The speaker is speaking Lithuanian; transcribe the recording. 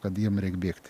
kad jiem reik bėgti